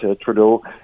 trudeau